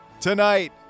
tonight